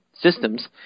systems